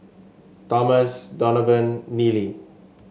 Thomas Donavon Neely